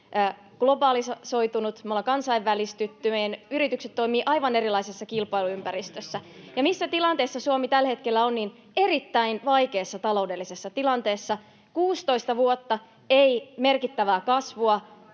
globalisoitunut, me ollaan kansainvälistytty, meidän yritykset toimivat aivan erilaisessa kilpailuympäristössä. Ja missä tilanteessa Suomi tällä hetkellä on? Erittäin vaikeassa taloudellisessa tilanteessa: 16 vuotta — ei merkittävää kasvua,